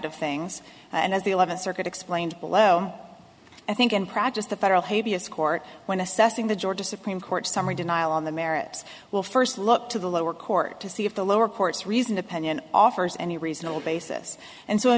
of things and as the eleventh circuit explained below i think in practice the federal habeas court when assessing the georgia supreme court summary denial on the merits will first look to the lower court to see if the lower court's recent opinion offers any reasonable basis and so